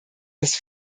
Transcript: das